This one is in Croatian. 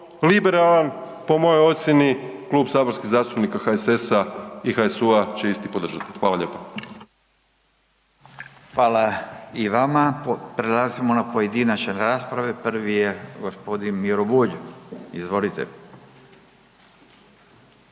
liberalan po mojoj ocjeni, Klub saborskih zastupnika HSS-a i HSU-a će isti podržati. Hvala lijepo. **Radin, Furio (Nezavisni)** Hvala i vama. Prelazimo na pojedinačne rasprave, prvi je gospodin Miro Bulj. Izvolite.